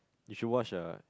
you should watch the